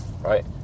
right